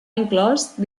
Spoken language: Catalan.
inclòs